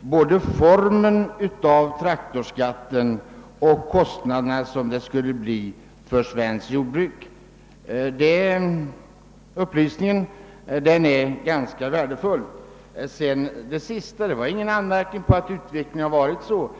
både formen för traktorskatten och vilka kostnader det därigenom skulle bli för svenskt jordbruk? En sådan upplysning är ganska värdefull. hanson sade sist vill jag bara säga att det inte var fråga om någon anmärkning på att utvecklingen har varit sådan.